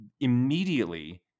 immediately